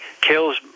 kills